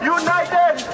united